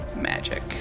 magic